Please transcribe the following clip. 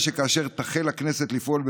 הוא סוגיה שקיימת גם בנחלי הצפון,